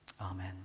Amen